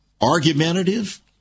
argumentative